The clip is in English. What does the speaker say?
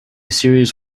series